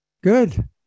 Good